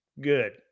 good